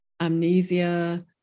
amnesia